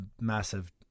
massive